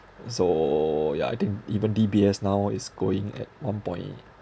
so yeah I think even D_B_S now is going at one point